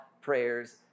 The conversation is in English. prayers